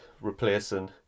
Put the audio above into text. replacing